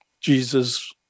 Jesus